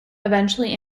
eventually